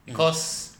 mm